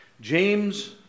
James